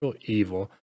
evil